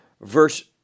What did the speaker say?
verse